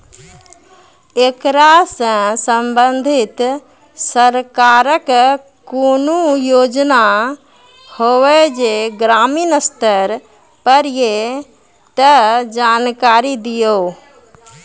ऐकरा सऽ संबंधित सरकारक कूनू योजना होवे जे ग्रामीण स्तर पर ये तऽ जानकारी दियो?